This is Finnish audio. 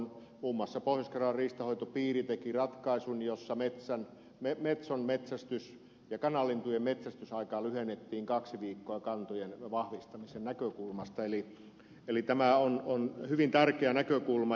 muun muassa pohjois karjalan riistanhoitopiiri teki ratkaisun jossa metson ja kanalintujen metsästysaikaa lyhennettiin kaksi viikkoa kantojen vahvistamisen näkökulmasta eli tämä on hyvin tärkeä näkökulma